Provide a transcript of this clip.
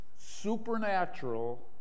supernatural